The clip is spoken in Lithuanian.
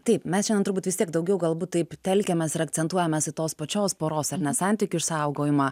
taip mes šiandien turbūt vis tiek daugiau galbūt taip telkiamės ir akcentuojamės į tos pačios poros ar ne santykių išsaugojimą